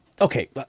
okay